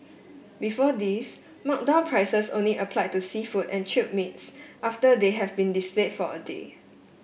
before this marked down prices only applied to seafood and chilled meats after they have been displayed for a day